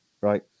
Right